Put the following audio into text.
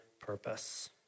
purpose